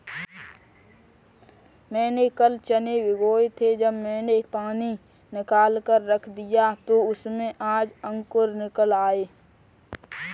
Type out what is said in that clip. मैंने कल चने भिगोए थे जब मैंने पानी निकालकर रख दिया तो उसमें आज अंकुर निकल आए